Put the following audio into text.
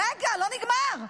רגע, לא נגמר.